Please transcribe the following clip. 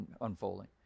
unfolding